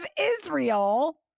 Israel